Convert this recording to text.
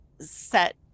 set